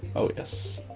oh yes,